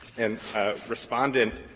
and respondent,